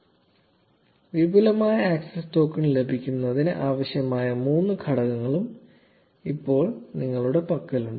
0510 വിപുലമായ access token ലഭിക്കുന്നതിന് ആവശ്യമായ മൂന്ന് ഘടകങ്ങളും ഇപ്പോൾ ഞങ്ങളുടെ പക്കലുണ്ട്